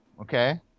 okay